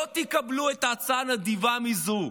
לא תקבלו הצעה נדיבה מזו.